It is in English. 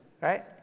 right